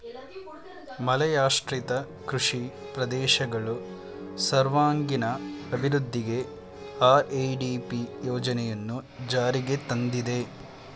ಮಳೆಯಾಶ್ರಿತ ಕೃಷಿ ಪ್ರದೇಶಗಳು ಸರ್ವಾಂಗೀಣ ಅಭಿವೃದ್ಧಿಗೆ ಆರ್.ಎ.ಡಿ.ಪಿ ಯೋಜನೆಯನ್ನು ಜಾರಿಗೆ ತಂದಿದೆ